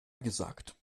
gesagt